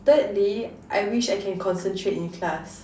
thirdly I wish I can concentrate in class